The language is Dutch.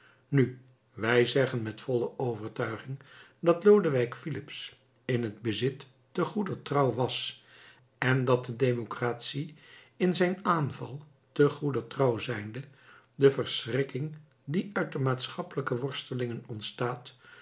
nu wij zeggen met volle overtuiging dat lodewijk filips in het bezit te goeder trouw was en dat de democratie in zijn aanval te goeder trouw zijnde de verschrikking die uit de maatschappelijke worstelingen ontstaat